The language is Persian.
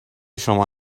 شما